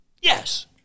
Yes